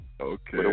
Okay